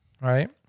right